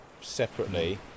separately